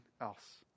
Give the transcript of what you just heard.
else